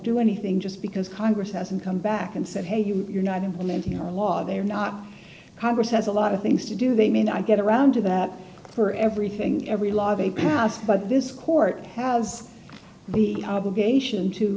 do anything just because congress hasn't come back and said hey you're not implementing our law they are not congress has a lot of things to do they mean i get around to that for everything every law they passed but this court has the obligation to